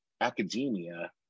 academia